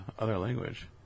language